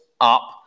up